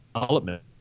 development